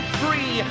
free